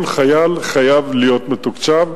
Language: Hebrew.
כל חייל חייב להיות מתוקצב.